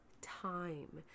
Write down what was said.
time